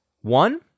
One